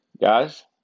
Guys